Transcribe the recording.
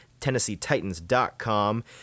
TennesseeTitans.com